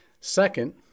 Second